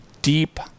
Deep